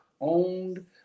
owned